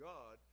God